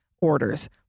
Orders